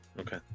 Okay